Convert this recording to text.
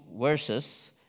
verses